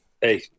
Hey